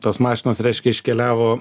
tos mašinos reiškia iškeliavo